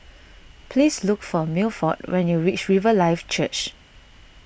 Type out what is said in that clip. please look for Milford when you reach Riverlife Church